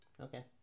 Okay